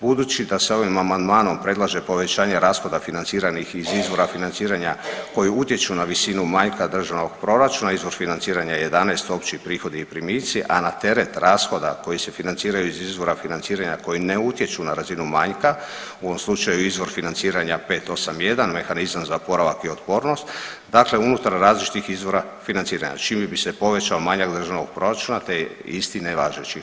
Budući da se ovim amandmanom predlaže povećanje rashoda financiranih iz izvora financiranja koji utječu na visinu manjka državnog proračuna, izvora financiranja 11 Opći prihodi i primici, a na teret rashoda koji se financiraju iz izvora financiranja koji ne utječu na razinu manjka, u ovom slučaju je izvor financiranja 581 Mehanizam za oporavak i otpornost, dakle unutar različitih izvora financiranja, čime bi se povećao manjak državnog proračuna te je isti nevažeći.